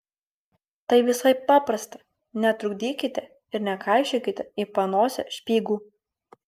tai visai paprasta netrukdykite ir nekaišiokite į panosę špygų